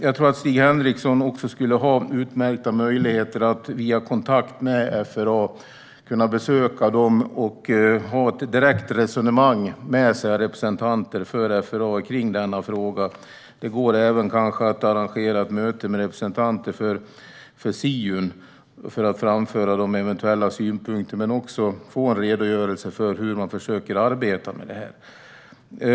Jag tror att Stig Henriksson skulle ha utmärkta möjligheter att via kontakt med FRA besöka dem och föra ett direkt resonemang med representanter för FRA i denna fråga. Det går kanske även att arrangera ett möte med representanter för Siun för att framföra eventuella synpunkter men också få en redogörelse för hur de försöker arbeta med detta.